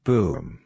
Boom